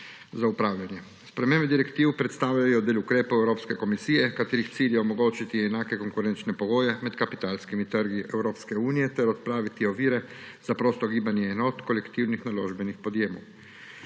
za upravljanje. Spremembe direktiv predstavljajo del ukrepov Evropske komisije, katerih cilj je omogočiti enake konkurenčne pogoje med kapitalskimi trgi Evropske unije ter odpraviti ovire za prosto gibanje enot kolektivnih naložbenih podjemov.